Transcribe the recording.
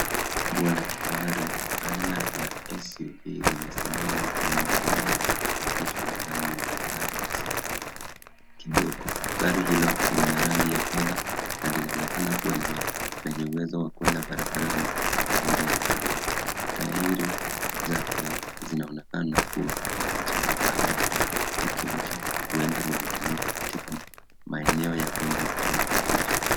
Gari kubwa la kifahari aina ya SUV limesimama kwa maegesho ndani . Gari hilo lina rangi ya fedha na inaonekana kuwa imara, yenye uwezo wa kuenda barabarani na nje ya barabarani. Tairi zake zinaonekana kuwa na mchanga au matope ikionyesha huenda linatumika katika maeneo ya vumbi au vijijini.